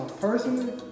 personally